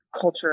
culture